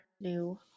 new